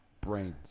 brains